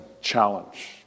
challenge